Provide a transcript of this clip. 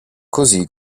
così